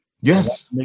Yes